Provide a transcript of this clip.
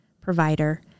provider